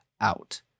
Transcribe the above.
out